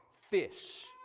fish